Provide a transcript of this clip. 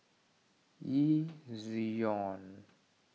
Ezion